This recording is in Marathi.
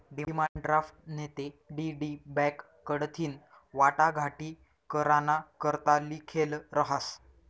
डिमांड ड्राफ्ट नैते डी.डी बॅक कडथीन वाटाघाटी कराना करता लिखेल रहास